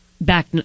Back